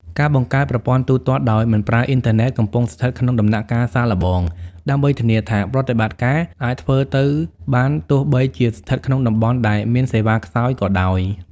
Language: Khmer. ការបង្កើតប្រព័ន្ធ ទូទាត់ដោយមិនប្រើអ៊ីនធឺណិត កំពុងស្ថិតក្នុងដំណាក់កាលសាកល្បង ដើម្បីធានាថាប្រតិបត្តិការអាចធ្វើទៅបានទោះបីជាស្ថិតក្នុងតំបន់ដែលមានសេវាខ្សោយក៏ដោយ។